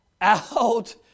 out